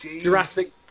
Jurassic